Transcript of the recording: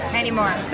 anymore